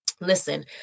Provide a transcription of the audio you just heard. Listen